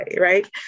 right